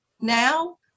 now